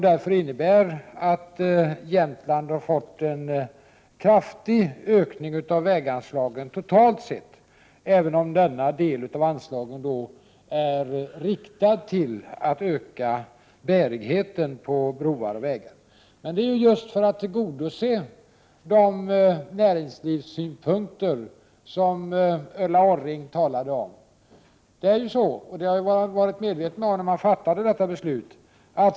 Det innebär att Jämtland har fått en kraftig ökning av väganslaget totalt sett, även om denna del av anslaget är avsett att öka bärigheten på broar och vägar. Syftet är just att tillgodose näringslivssynpunkter, som Ulla Orring talade om.